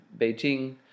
Beijing